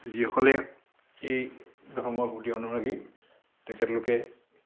যিসকলে এই ধৰ্মৰ প্ৰতি অনুৰাগী তেখেতলোকে